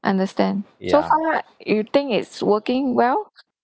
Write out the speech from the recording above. understand so far right you think it's working well